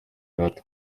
gato